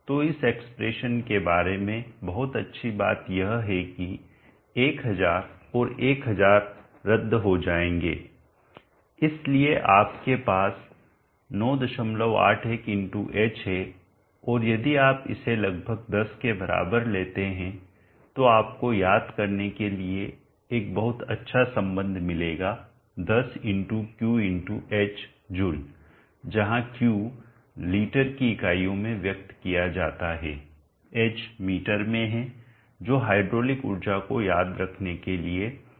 तो इस एक्सप्रेशन के बारे में बहुत अच्छी बात यह है कि 1000 और 1000 रद्द हो जाएंगे इसलिए आपके पास 981 x h है और यदि आप इसे लगभग 10 के बराबर लेते हैं तो आपको याद करने के लिए एक बहुत अच्छा संबंध मिलेगा 10 × Q × h जूल जहां Q लीटर की इकाइयों में व्यक्त किया जाता है h मीटर में है जो हाइड्रोलिक ऊर्जा को याद रखने के लिए अच्छा संबंध है